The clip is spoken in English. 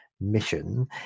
mission